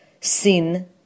sin